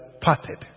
parted